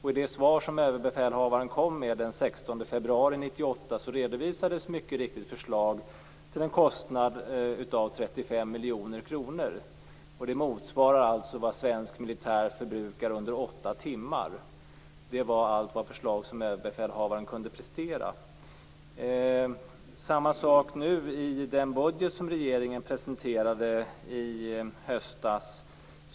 I det svar som överbefälhavaren kom med den 16 februari 1998 redovisades mycket riktigt förslag till en kostnad av 35 miljoner kronor. Det motsvarar vad svensk militär förbrukar under åtta timmar. Det var allt vad förslag som överbefälhavaren kunde prestera. Det är samma sak i den budget som regeringen presenterade i höstas.